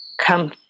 come